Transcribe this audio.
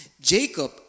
Jacob